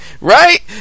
right